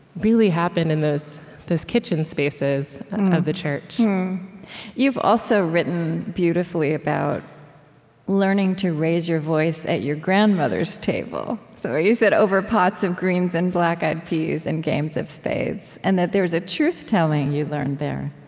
really happened in those those kitchen spaces of the church you've also written beautifully about learning to raise your voice at your grandmother's table somewhere so you said, over pots of greens and black-eyed peas and games of spades and that there was a truth-telling you learned there